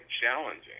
challenging